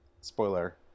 spoiler